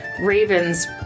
ravens